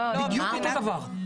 זה בדיוק אותו הדבר.